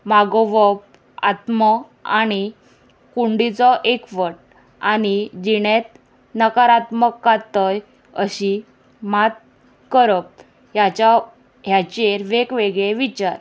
मागोवप आत्म आनी कुंडीचो एकवट आनी जिणेंत नकारात्मक कात्तय अशी मात करप ह्याच्या ह्याचेर वेगवेगळे विचार